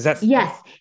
yes